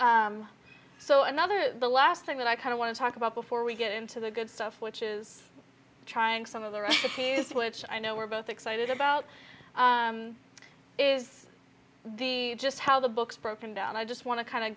it's so another the last thing that i kind of want to talk about before we get into the good stuff which is trying some of the writing is which i know we're both excited about is the just how the books broken down i just want to kind